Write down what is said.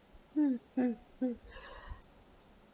mm mm mm